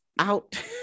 out